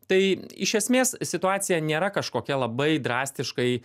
tai iš esmės situacija nėra kažkokia labai drastiškai